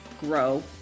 grow